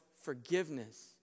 forgiveness